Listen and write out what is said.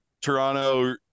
Toronto